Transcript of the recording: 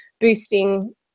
boosting